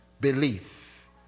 belief